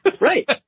Right